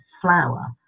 Flower